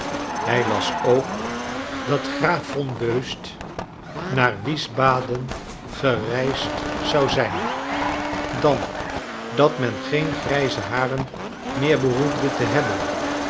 hij las ook dat graaf von beust naar wiesbaden gereisd zou zijn dan dat men geen grijze haren meer behoefde te hebben